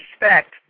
respect